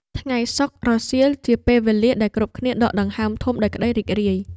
ថ្ងៃសុក្ររសៀលជាពេលវេលាដែលគ្រប់គ្នាដកដង្ហើមធំដោយក្ដីរីករាយ។